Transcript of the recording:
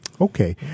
Okay